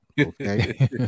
okay